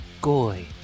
Goy